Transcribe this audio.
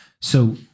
So-